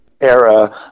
era